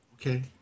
Okay